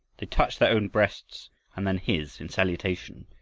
they touched their own breasts and then his, in salutation,